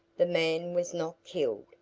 the man was not killed.